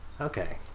Okay